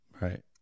Right